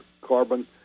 carbon